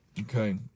Okay